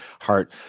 heart